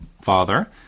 father